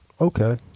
Okay